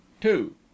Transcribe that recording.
two